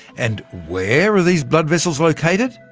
and where are these blood vessels located?